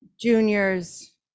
juniors